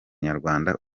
nyarwanda